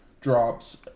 drops